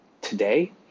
today